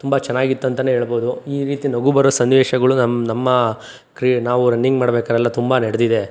ತುಂಬ ಚೆನ್ನಾಗಿತ್ತು ಅಂತ ಹೇಳ್ಬೋದು ಈ ರೀತಿ ನಗು ಬರೋ ಸನ್ನಿವೇಶಗಳು ನಮ್ಮ ನಮ್ಮ ಕ್ರಿ ನಾವು ರನ್ನಿಂಗ್ ಮಾಡಬೇಕಾರೆ ಎಲ್ಲ ತುಂಬ ನಡ್ದಿದೆ